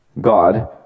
God